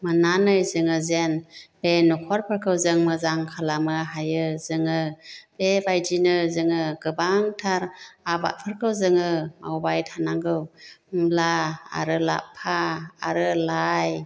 मोन्नानै जोङो जेन बे नखरफोरखौ जों मोजां खालामो हायो जोङो बेबायदिनो जोङो गोबांथार आबादफोरखौ जोङो मावबाय थानांगौ मुला आरो लाफा आरो लाइ